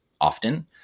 often